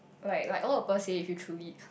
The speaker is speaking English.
like like all above say if you truly